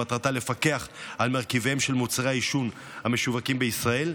שמטרתה לפקח על מרכיביהם של מוצרי העישון המשווקים בישראל.